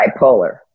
bipolar